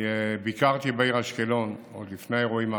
אני ביקרתי בעיר אשקלון עוד לפני האירועים האחרונים,